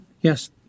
yes